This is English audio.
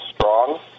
strong